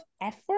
effort